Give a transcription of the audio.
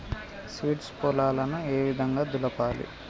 Seeds పొలాలను ఏ విధంగా దులపాలి?